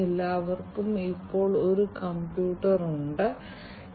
IIoT യുടെ മറ്റൊരു application നമുക്ക് പരിഗണിക്കാം